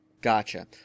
Gotcha